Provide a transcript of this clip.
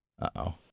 Uh-oh